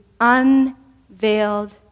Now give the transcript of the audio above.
unveiled